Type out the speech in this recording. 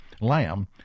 lamb